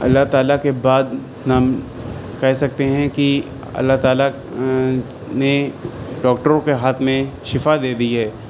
اللہ تعالیٰ کے بعد کہہ سکتے ہیں کہ اللہ تعالیٰ نے ڈاکٹروں کے ہاتھ میں شفا دے دی ہے